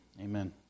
Amen